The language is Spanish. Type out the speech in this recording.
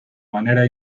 manera